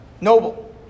Noble